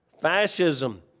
Fascism